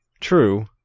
true